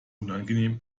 unangenehm